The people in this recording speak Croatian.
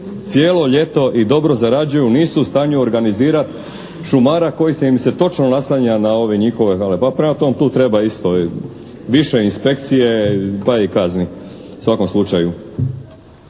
cijelo ljeto i dobro zarađuju nisu u stanju organizirat šumara koji im se točno naslanja na ove njihove …/Govornik se ne razumije./…, pa prema tu treba isto više inspekcije, pa i kazni u svakom slučaju.